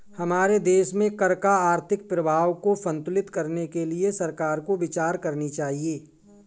हमारे देश में कर का आर्थिक प्रभाव को संतुलित करने के लिए सरकार को विचार करनी चाहिए